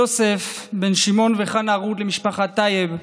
יוסף בן שמעון וחנה רות למשפחת טייב,